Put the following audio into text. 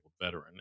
veteran